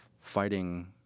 fighting